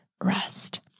rest